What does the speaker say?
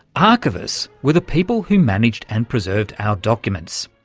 archivists were the people who managed and preserved our documents.